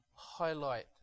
highlight